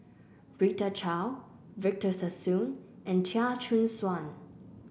Rita Chao Victor Sassoon and Chia Choo Suan